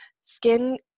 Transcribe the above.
skin